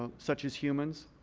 ah such as humans.